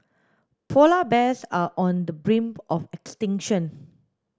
polar bears are on the brink of extinction